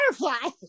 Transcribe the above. butterfly